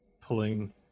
pulling